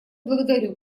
благодарю